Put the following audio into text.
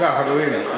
בבקשה, חברים.